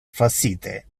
facite